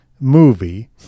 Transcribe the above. movie